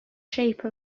shape